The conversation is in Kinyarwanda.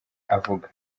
avuga